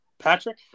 Patrick